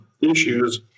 issues